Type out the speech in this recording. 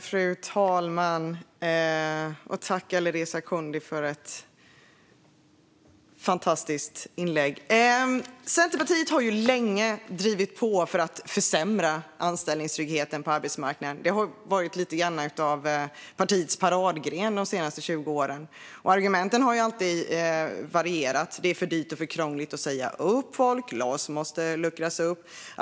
Fru talman! Tack, Alireza Akhondi, för ett fantastiskt inlägg! Centerpartiet har länge drivit på för att försämra anställningstryggheten på arbetsmarknaden. Det har varit lite av partiets paradgren de senaste 20 åren. Argumenten har alltid varierat: Det är för dyrt och för krångligt att säga upp folk. LAS måste luckras upp.